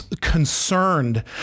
concerned